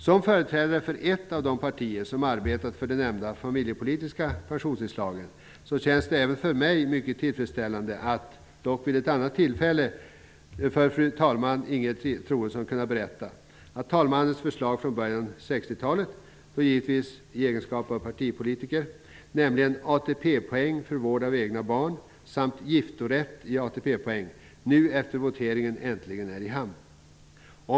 Som företrädare för ett av de partier som arbetat för de nämnda familjepolitiska pensionsinslagen känns det även för mig mycket tillfredsställande att vid ett annat tillfälle kunna berätta för fru talman Ingegerd Troedsson att talmannens förslag från början av 60-talet -- då givetvis i egenskap av partipolitiker -- om ATP-poäng för vård av egna barn samt giftorätt i ATP-poäng nu efter voteringen äntligen är i hamn.